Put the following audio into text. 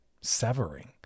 severing